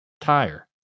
tire